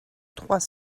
trois